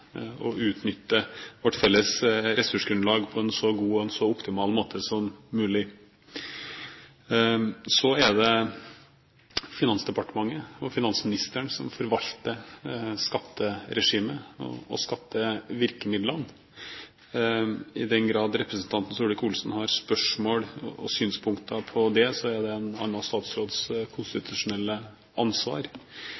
og utnytter vårt felles ressursgrunnlag på en så god og en så optimal måte som mulig. Så er det Finansdepartementet og finansministeren som forvalter skatteregimet og skattevirkemidlene. I den grad representanten Solvik-Olsen har spørsmål om og synspunkter på det, er det en annen statsråds